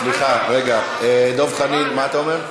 סליחה, רגע, דב חנין, מה אתה אומר?